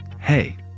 Hey